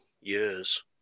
years